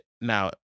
now